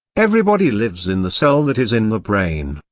everybody lives in the cell that is in the brain,